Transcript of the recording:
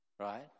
right